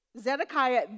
Zedekiah